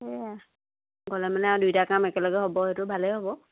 সেয়া গ'লে মানে আৰু দুইটা কাম একেলগে হ'ব সেইটো ভালেই হ'ব